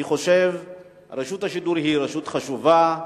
אני חושב שרשות השידור היא רשות חשובה,